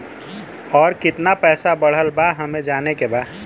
और कितना पैसा बढ़ल बा हमे जाने के बा?